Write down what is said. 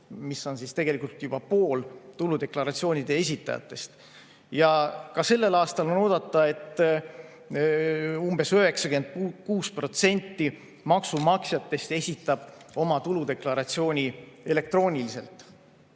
See on [peaaegu] pool tuludeklaratsioonidest. Ka sellel aastal on oodata, et umbes 96% maksumaksjatest esitab oma tuludeklaratsiooni elektrooniliselt.